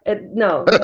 no